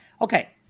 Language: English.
Okay